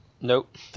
Nope